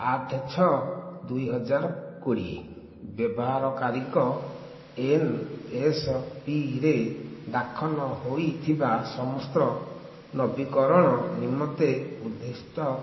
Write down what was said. ଆଠ ଛଅ ଦୁଇହଜାର କୋଡ଼ିଏ ବ୍ୟବହାରକାରୀଙ୍କ ଏନ୍ଏସ୍ପିରେ ଦାଖଲ ହୋଇଥିବା ସମସ୍ତ୍ର ନବୀକରଣ ନିମ୍ମନ୍ତେ ଉଦ୍ଦିଷ୍ଟ